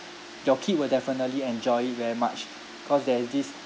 your kid will definitely enjoy it very much cause there is this